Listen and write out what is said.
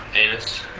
anus.